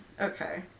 Okay